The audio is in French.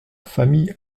famille